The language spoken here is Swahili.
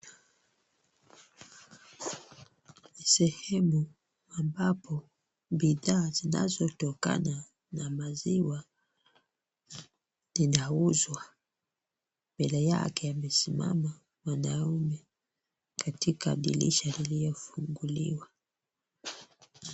Ni sehemu ambapo bidhaa zinazotokana na maziwa zinauzwa. Mbele yake, amesimama mwanaume katika dirisha iliyofunguliwa.